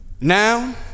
Now